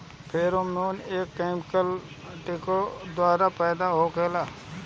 Pheromone एक chemical किटो द्वारा पैदा होला का?